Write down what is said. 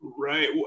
right